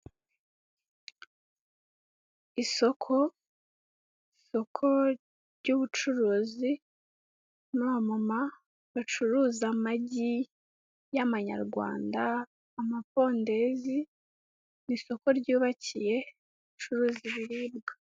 Isoko ry'ubucuruzi naba mama bacuruza amagi y'amanyarwanda amapodezi ku isoko ryubakiye incuruza ibibiribwa.